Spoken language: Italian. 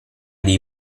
dei